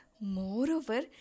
moreover